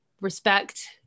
respect